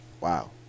wow